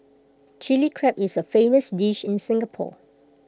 Chilli Crab is A famous dish in Singapore